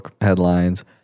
headlines